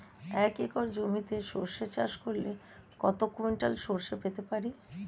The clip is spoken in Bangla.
এক একর জমিতে সর্ষে চাষ করলে কত কুইন্টাল সরষে পেতে পারি?